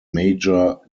major